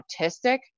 autistic